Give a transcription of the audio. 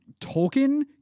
Tolkien